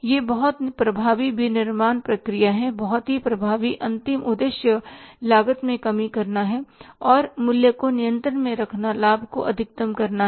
यह बहुत प्रभावी विनिर्माण प्रक्रिया है बहुत प्रभावी अंतिम उद्देश्य लागत में कमी है करना है और मूल्य को नियंत्रण में रखकर लाभ को अधिकतम करना है